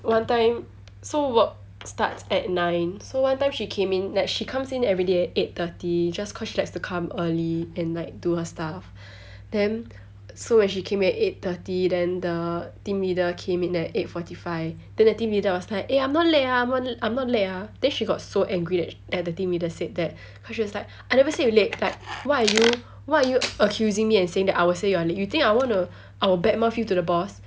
one time so work starts at nine so one time she came in like she comes in everyday at eight thirty just cause she likes to come early and like do her stuff then so when she came at eight thirty then the team leader came in at eight fourty five then the team leader was like eh I'm not late ah I'm no~ I'm not late ah then she got so angry at at the team leader said that cause she was like I never said you late like why are you why are you accusing me and saying that I will say you're late you think I wanna I'll bad mouth you to the boss